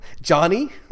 Johnny